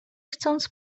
chcąc